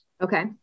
okay